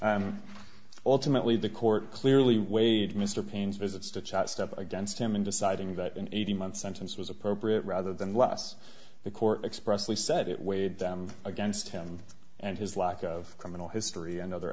and ultimately the court clearly weighed mr paine's visits to chat stuff against him in deciding that an eighteen month sentence was appropriate rather than less the court expressly said it weighed them against him and his lack of criminal history and other